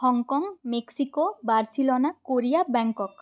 Hong Kong Mexico Barcelona Korea Bangkok